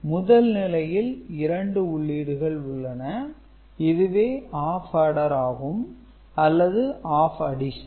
முதல் நிலையில் இரண்டு உள்ளீடுகள் உள்ளன இதுவே ஆப் ஆர்டர் ஆகும் அல்லது ஆப் அடிசன்